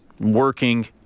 working